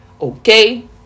Okay